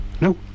No